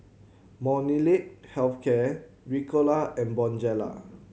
Molnylcke Health Care Ricola and Bonjela